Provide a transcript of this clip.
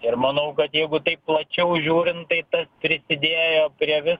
ir manau kad jeigu taip plačiau žiūrint tai prisidėjo prie